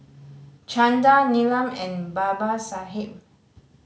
Chanda Neelam and Babasaheb